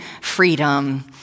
freedom